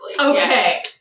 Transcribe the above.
Okay